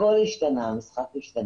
הכול השתנה, המשחק השתנה,